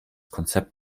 konzept